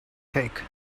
take